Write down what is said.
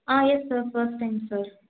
ah yes sir first time sir